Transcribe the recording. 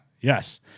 yes